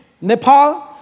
Nepal